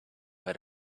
got